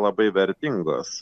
labai vertingos